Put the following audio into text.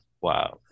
Wow